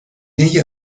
ella